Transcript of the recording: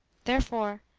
therefore,